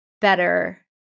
better